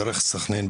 דרך סח'נין,